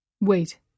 Wait